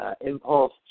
impulse